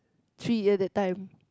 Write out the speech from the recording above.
three at that time